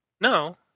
No